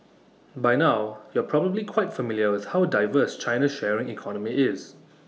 by now you're probably quite familiar with how diverse China's sharing economy is